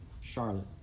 Charlotte